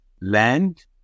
land